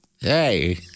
Hey